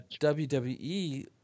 WWE